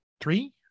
Three